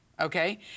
okay